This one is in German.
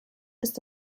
ist